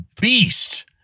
beast